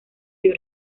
vio